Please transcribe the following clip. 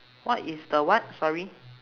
what is the what sorry